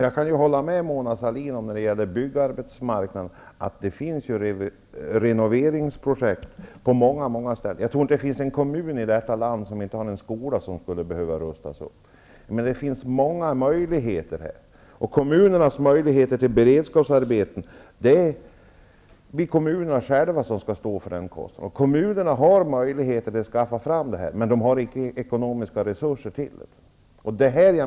När det gäller byggarbetsmarknaden kan jag hålla med Mona Sahlin om att det finns renoveringsprojekt på många ställen. Jag tror inte att det finns en kommun i detta land som inte har en skola som behöver rustas upp. Här finns många möjligheter, men kommunerna får själva stå för kostnaderna för beredskapsarbeten. Kommunerna har möjligheter att skaffa fram sådana, men de har icke ekonomiska resurser.